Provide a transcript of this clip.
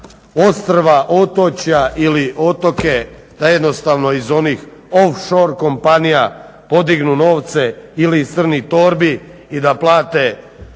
ostrva, otočja ili otoke da jednostavno iz onih of shore kompanije podignu novce ili iz crnih torbi i da plate